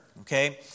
okay